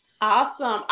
awesome